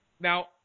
Now